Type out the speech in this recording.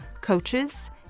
coaches